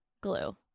glue